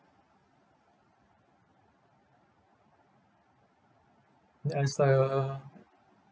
that aside uh